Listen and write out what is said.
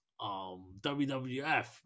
WWF